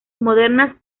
modernas